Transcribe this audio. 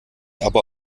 aber